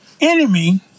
enemy